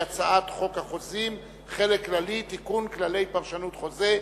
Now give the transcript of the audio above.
הוא הצעת חוק החוזים (חלק כללי) (תיקון כללי פרשנות חוזה),